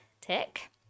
tick